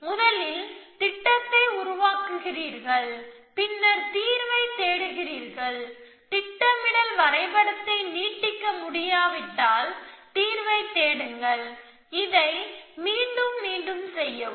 முதலில் திட்டத்தை உருவாக்குகிறீர்கள் பின்னர் தீர்வை தேடுகிறீர்கள் திட்டமிடல் வரைபடத்தை நீட்டிக்க முடியாவிட்டால் தீர்வை தேடுங்கள் இதை மீண்டும் மீண்டும் செய்யவும்